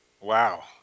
Wow